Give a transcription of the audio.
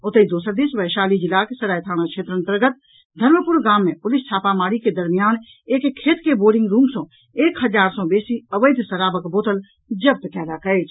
ओतहि दोसर दिस वैशाली जिलाक सराय थाना क्षेत्र अंतर्गत धर्मपुर गाम मे पुलिस छापामारी के दरमियान एक खेत के बोरिंग रूम सॅ एक हजार सॅ बेसी अवैध शराबक बोतल जब्त कयलक अछि